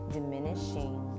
Diminishing